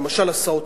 למשל הסעות,